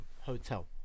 Hotel